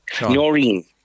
Noreen